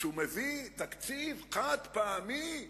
הוא מביא תקציב חד-פעמי לשנתיים,